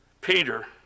Peter